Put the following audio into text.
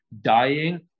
dying